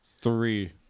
Three